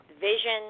Vision